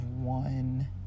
one